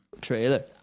Trailer